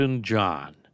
John